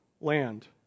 land